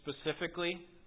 specifically